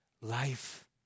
life